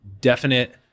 definite